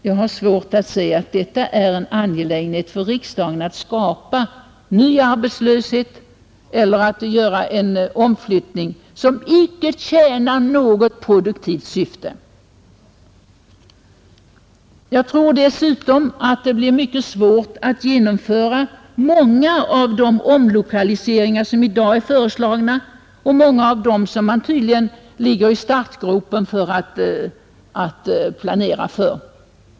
Jag har svårt att se att det är en angelägenhet för riksdagen att skapa ny arbetslöshet eller göra en omflyttning som inte tjänar något produktivt syfte. Jag tror dessutom att det blir mycket svårt att genomföra många av de omlokaliseringar som i dag är föreslagna liksom många av dem som man tydligen ligger i startgropen att planera för.